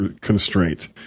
constraint